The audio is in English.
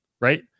right